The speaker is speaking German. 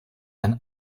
ein